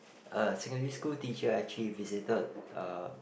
uh secondary school teacher actually visited uh